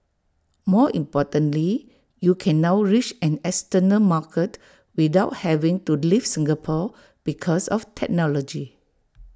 more importantly you can now reach an external market without having to leave Singapore because of technology